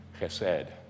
chesed